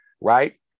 right